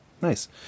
Nice